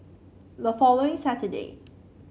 the following Saturday